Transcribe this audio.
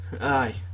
aye